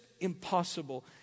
impossible